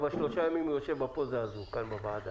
כבר שלושה ימים הוא יושב בפוזה הזאת בוועדה.